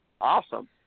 awesome